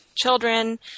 children